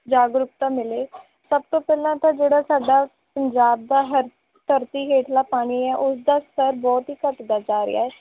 ਜਾਗਰੂਕਤਾ ਮਿਲੇ ਸਭ ਤੋਂ ਪਹਿਲਾਂ ਤਾਂ ਜਿਹੜਾ ਸਾਡਾ ਪੰਜਾਬ ਦਾ ਹਰ ਧਰਤੀ ਹੇਠਲਾ ਪਾਣੀ ਹੈ ਉਸਦਾ ਸਤਰ ਬਹੁਤ ਹੀ ਘਟਦਾਦਾ ਜਾ ਰਿਹਾ ਹੈ